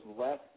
less